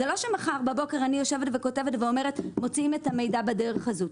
זה לא שמחר בבוקר אני יושבת וכותבת ואומרת: מוציאים את המידע בדרך הזו.